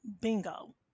Bingo